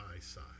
side